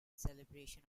celebration